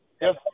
Yes